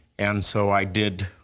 and so i did